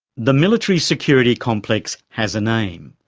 the military-security complex has a name,